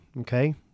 Okay